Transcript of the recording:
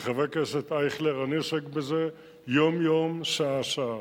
חבר הכנסת אייכלר, אני עוסק בזה יום-יום שעה-שעה.